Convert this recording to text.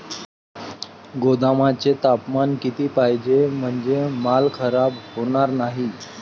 गोदामाचे तापमान किती पाहिजे? म्हणजे माल खराब होणार नाही?